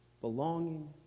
belonging